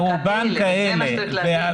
רובן כאלה.